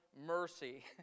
mercy